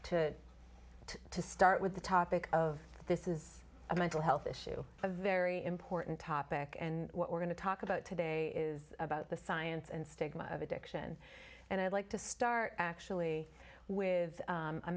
get to start with the topic of this is a mental health issue a very important topic and what we're going to talk about today is about the science and stigma of addiction and i'd like to start actually with